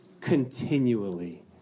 continually